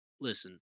Listen